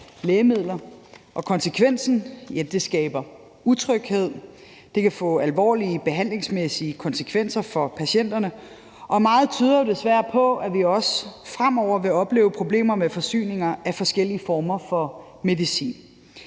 lægemidler, og konsekvensen er, at det skaber utryghed. Det kan få alvorlige behandlingsmæssige konsekvenser for patienterne, og meget tyder jo desværre på, at vi også fremover vil problemer med forsyninger af forskellige former for medicin.